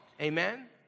Amen